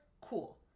cool